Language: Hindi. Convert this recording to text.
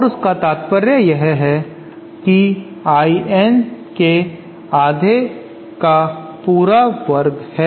और उसका तात्पर्य यह है कि I N के आधा का पूरा वर्ग है